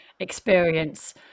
experience